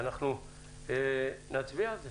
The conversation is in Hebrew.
אנחנו נצביע על זה.